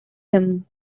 him